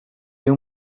diu